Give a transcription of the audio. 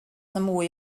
mwy